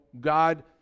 God